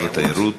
לשר התיירות.